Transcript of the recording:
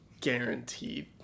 guaranteed